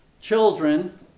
children